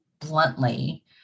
bluntly